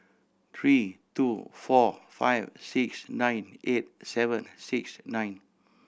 three two four five six nine eight seven six nine